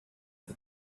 the